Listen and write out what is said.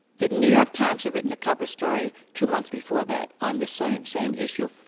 the new york times had written a cover story two months before that on the same same issue,